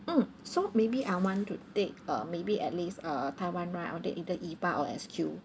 mm so maybe I want to take uh maybe at least uh taiwan line or take either eva or S_Q